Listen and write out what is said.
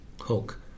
Hulk